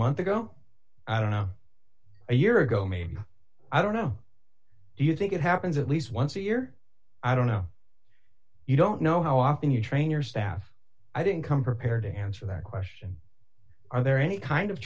month ago i don't know a year ago maybe i don't know do you think it happens at least once a year i don't know you don't know how often you train your staff i didn't come prepared to answer that question are there any kind of